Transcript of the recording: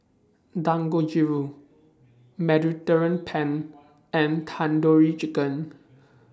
Dangojiru Mediterranean Penne and Tandoori Chicken